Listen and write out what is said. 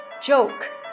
Joke